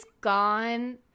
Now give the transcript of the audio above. gone